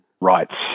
rights